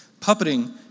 puppeting